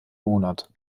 monat